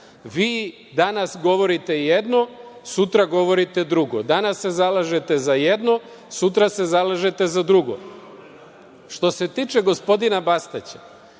Vi danas govorite jedno, sutra govorite drugo. Danas se zalažete za jedno, sutra se zalažete za drugo. Što se tiče gospodina Bastaća,